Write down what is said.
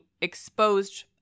exposed